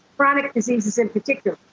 chronic diseases in particular.